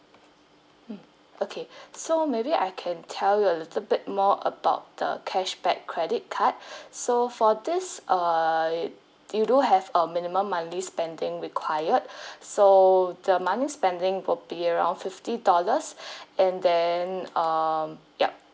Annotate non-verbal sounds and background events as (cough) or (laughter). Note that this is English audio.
hmm okay (breath) so maybe I can tell you a little bit more about the cashback credit card (breath) so for this err you do have a minimum monthly spending required (breath) so the money spending would be around fifty dollars (breath) and then um yup